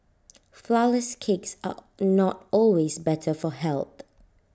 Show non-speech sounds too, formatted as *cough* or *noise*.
*noise* Flourless Cakes are not always better for health